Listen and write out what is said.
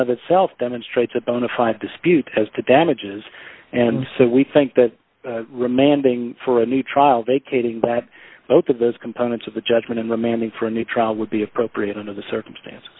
of itself demonstrates a bona fide dispute as to damages and so we think that remanding for a new trial vacating that both of those components of the judgment and remanding for a new trial would be appropriate under the circumstances